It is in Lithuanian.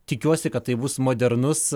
tikiuosi kad tai bus modernus